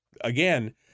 again